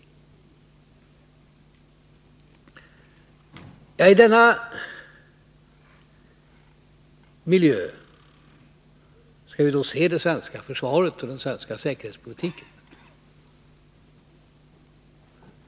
Det är i denna miljö som vi skall se det svenska försvaret och den svenska säkerhetspolitiken.